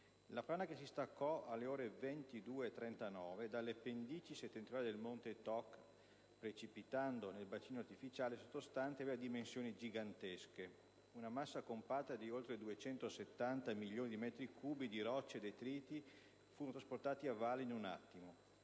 La frana che si staccò alle ore 22,39 dalle pendici settentrionali del monte Toc, precipitando nel bacino artificiale sottostante, aveva dimensioni gigantesche. Una massa compatta di oltre 270 milioni di metri cubi di rocce e detriti fu trasportata a valle in un attimo,